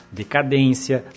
decadência